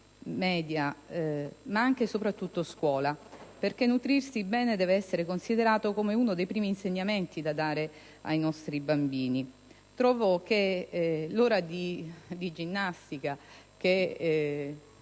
media ma anche e soprattutto scuola, perché nutrirsi bene deve essere considerato come uno dei primi insegnamenti da dare ai nostri bambini. Trovo che l'ora di ginnastica